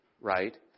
right